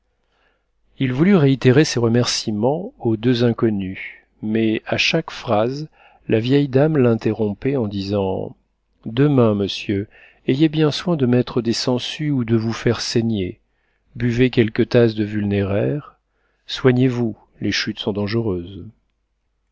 il voulut réitérer ses remercîments aux deux inconnues mais à chaque phrase la vieille dame l'interrompait en disant demain monsieur ayez bien soin de mettre des sangsues ou de vous faire saigner buvez quelques tasses de vulnéraire soignez-vous les chutes sont dangereuses